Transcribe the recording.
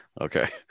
Okay